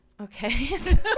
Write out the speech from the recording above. Okay